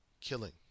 Killing